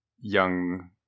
young